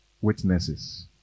witnesses